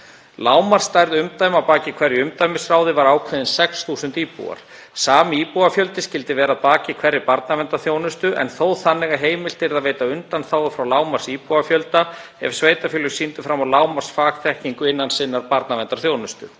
Lágmarksstærð umdæma að baki hverju umdæmisráði var ákveðin 6.000 íbúar. Sami íbúafjöldi skyldi vera að baki hverri barnaverndarþjónustu en þó þannig að heimilt yrði að veita undanþágu frá lágmarksíbúafjölda ef sveitarfélög sýndu fram á lágmarksfagþekkingu innan sinnar barnaverndarþjónustu.